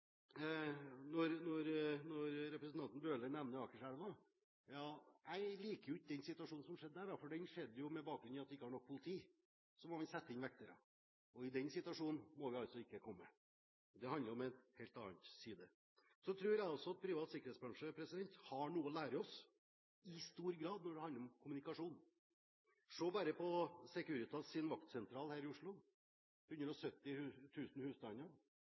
liker ikke den situasjonen som har skjedd der, for den skjedde med bakgrunn i at det ikke var nok politi, og da må vi sette inn vektere. Den situasjonen må vi ikke komme i. Dette handler om en helt annen side. Jeg tror også at privat sikkerhetsbransje i stor grad har noe å lære oss når det handler om kommunikasjon. Se bare på Securitas' vaktsentral her i Oslo – 170